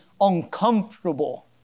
uncomfortable